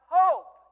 hope